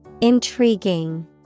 Intriguing